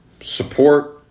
support